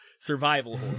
survival